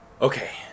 okay